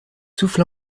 souffle